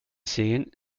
sehen